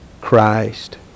Christ